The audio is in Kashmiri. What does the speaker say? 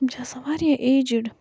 یِم چھِ آسان واریاہ ایٚجِڈ